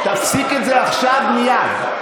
תפסיק עם זה עכשיו מייד.